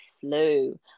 flu